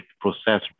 process